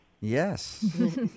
Yes